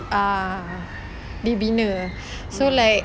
ah dibina so like